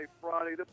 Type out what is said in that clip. Friday